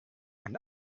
and